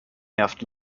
nervt